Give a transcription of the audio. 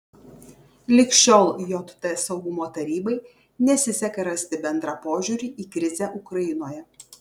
lig šiol jt saugumo tarybai nesiseka rasti bendrą požiūrį į krizę ukrainoje